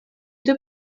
deux